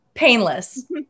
Painless